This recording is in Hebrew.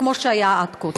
וכמו שהיה עד כה.